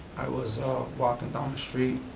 i was walking down the street,